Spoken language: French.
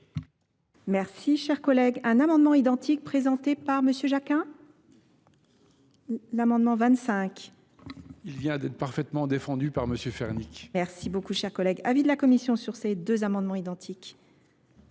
merci cher collègue un amendement identique présenté par monsieur jacquin l'amendement vingt cinq vient d'être parfaitement défendue par m erni merci beaucoup chers collègues avis de la commission sur ces deux amendements identiques